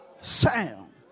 sound